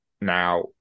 now